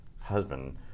husband